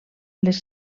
les